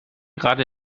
gerade